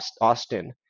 Austin